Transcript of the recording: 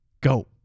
go